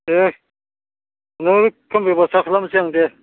दे खुनुरुखम बेबस्था खालामनोसै आं दे